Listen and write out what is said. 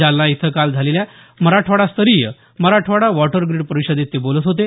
जालना इथं काल झालेल्या मराठवाडास्तरीय मराठवाडा वॉटरग्रीड परिषदेत ते बोलत होते